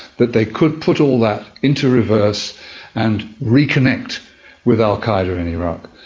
that they could put all that into reverse and reconnect with al qaeda in iraq.